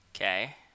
Okay